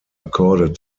accorded